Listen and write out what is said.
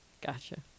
Gotcha